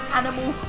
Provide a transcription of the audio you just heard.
animal